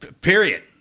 Period